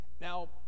Now